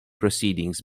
proceedings